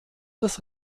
des